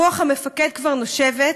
רוח המפקד כבר נושבת,